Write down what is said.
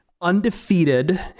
undefeated